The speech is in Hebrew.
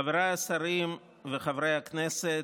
חבריי השרים וחברי הכנסת,